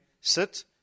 sit